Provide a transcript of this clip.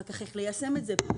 ואחר כך איך ליישם את זה בארץ,